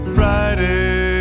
Friday